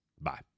Bye